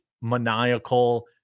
maniacal